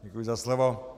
Děkuji za slovo.